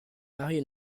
mari